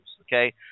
okay